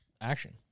Action